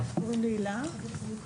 הילה ורובל,